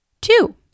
two